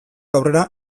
aurrera